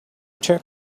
check